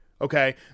Okay